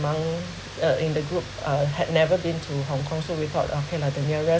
among uh in the group uh had never been to hong kong so we thought okay lah the nearest